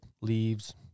leaves